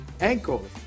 ankles